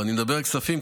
אני מדבר על כספים,